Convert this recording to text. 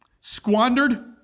squandered